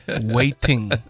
Waiting